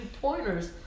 pointers